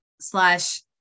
slash